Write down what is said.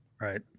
Right